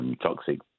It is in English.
toxic